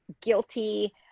guilty